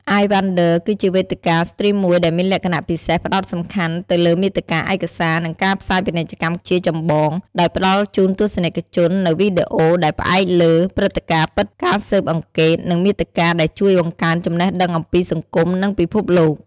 អាយ វ៉ាន់ដឺ (iWonder) គឺជាវេទិកាស្ទ្រីមមួយដែលមានលក្ខណៈពិសេសផ្តោតសំខាន់ទៅលើមាតិកាឯកសារ និងការផ្សាយពាណិជ្ជកម្មជាចម្បង ដោយផ្តល់ជូនទស្សនិកជននូវវីដេអូដែលផ្អែកលើព្រឹត្តិការណ៍ពិត ការស៊ើបអង្កេត និងមាតិកាដែលជួយបង្កើនចំណេះដឹងអំពីសង្គមនិងពិភពលោក។